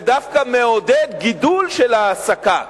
ודווקא מעודד גידול של ההעסקה.